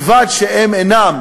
ובלבד שהם אינם